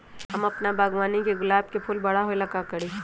हम अपना बागवानी के गुलाब के फूल बारा होय ला का करी?